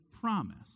promise